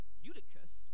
eutychus